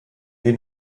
den